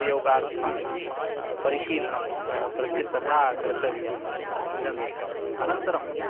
उपयोगार्थं परिशीलनं पा प्रकृ तथा कर्तव्यम् इदमेकम् अनन्तरम्